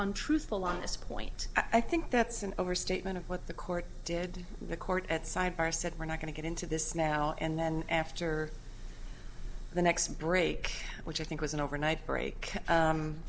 untruthful on this point i think that's an overstatement of what the court did the court at sidebar said we're not going to get into this now and then after the next break which i think was an overnight break